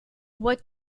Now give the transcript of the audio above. what